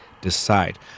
decide